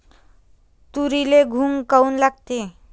तुरीले घुंग काऊन लागते?